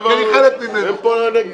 אני חלק ממנו.